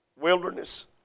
wilderness